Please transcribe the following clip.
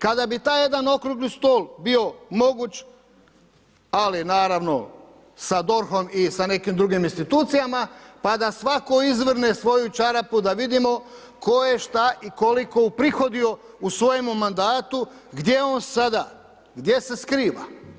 Kada bi taj jedan okrugli stol bio moguć, ali naravno sa DORH-om i sa drugim institucijama, pa da svako izvrne svoju čarapu da vidimo tko je šta i koliko uprihodio u svojemu mandatu, gdje je on sada, gdje se skriva?